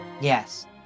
Yes